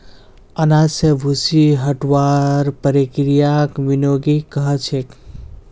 अनाज स भूसी हटव्वार प्रक्रियाक विनोइंग कह छेक